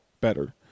better